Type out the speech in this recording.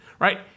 right